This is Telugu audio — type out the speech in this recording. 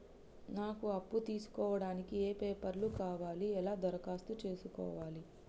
నాకు అప్పు తీసుకోవడానికి ఏ పేపర్లు కావాలి ఎలా దరఖాస్తు చేసుకోవాలి?